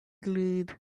grate